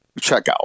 checkout